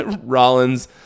Rollins